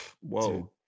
whoa